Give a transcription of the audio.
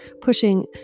pushing